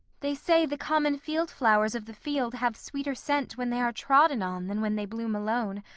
they say the common field-flowers of the field have sweeter scent when they are trodden on than when they bloom alone,